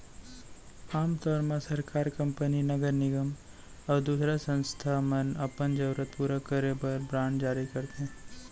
आम तौर म सरकार, कंपनी, नगर निगम अउ दूसर संस्था मन अपन जरूरत पूरा करे बर बांड जारी करथे